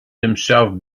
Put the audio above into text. himself